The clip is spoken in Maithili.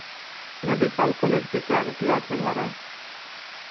मेडिकल कॉलेजके कए रुपैआ छै भाड़ा